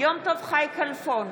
יום טוב חי כלפון,